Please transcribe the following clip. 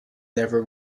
never